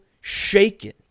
shaken